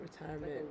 Retirement